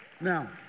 Now